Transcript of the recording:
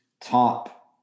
top